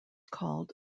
called